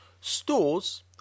Stores